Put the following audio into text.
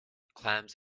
clams